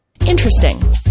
Interesting